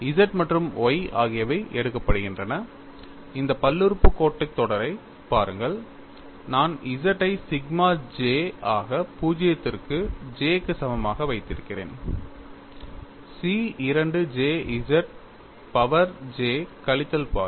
Z மற்றும் Y ஆகியவை எடுக்கப்படுகின்றன இந்த பல்லுறுப்புக்கோட்டுத் தொடரைப் பாருங்கள் நான் Z ஐ சிக்மா j ஆக 0 க்கு J க்கு சமமாக வைத்திருக்கிறேன் C 2 j z power j கழித்தல் பாதி